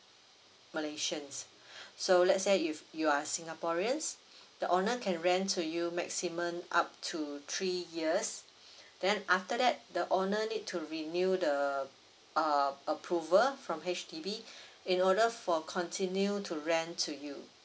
malaysian so let's say if you are singaporeans the owner can rent to you maximum up to three years then after that the owner need to renew the uh approval from H_D_B in order for continue to rent to you